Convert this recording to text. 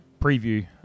preview